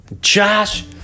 Josh